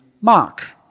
Mark